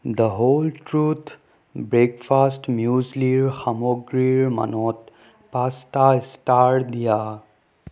the whole truth breakfast মিউছলিৰ সামগ্ৰীৰ মানত পাঁচটা ষ্টাৰ দিয়া